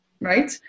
right